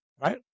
right